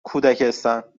کودکستان